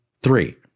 Three